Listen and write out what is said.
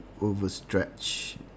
overstretch